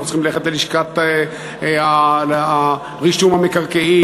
אנחנו צריכים ללכת ללשכת רישום המקרקעין,